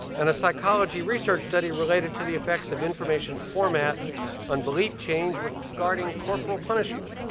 and a psychology research study related to the effects of information format on belief change regarding corporal punishment.